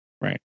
right